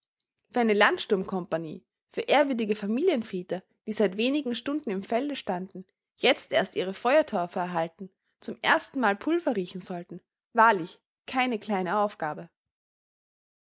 für eine landsturmkompagnie für ehrwürdige familienväter die seit wenigen stunden im felde standen jetzt erst ihre feuertaufe erhalten zum erstenmal pulver riechen sollten wahrlich keine kleine aufgabe